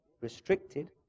restricted